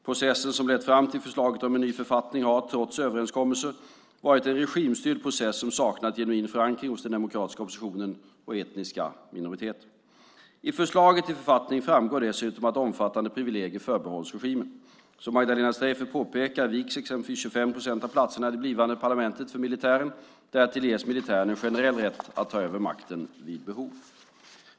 Processen som har lett fram till förslaget om ny författning har, trots överenskommelser, varit en regimstyrd process som saknat genuin förankring hos den demokratiska oppositionen och etniska minoriteter. I förslaget till författning framgår dessutom att omfattande privilegier förbehålls regimen. Som Magdalena Streijffert påpekar viks exempelvis 25 procent av platserna i det blivande parlamentet för militären. Därtill ges militären en generell rätt att ta över makten vid behov.